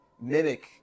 Mimic